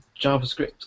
JavaScript